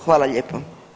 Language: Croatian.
Hvala lijepo.